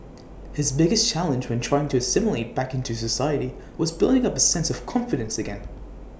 his biggest challenge when trying to assimilate back into society was building up A sense of confidence again